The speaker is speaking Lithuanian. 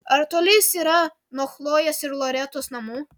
ar toli jis yra nuo chlojės ir loretos namų